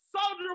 Soldier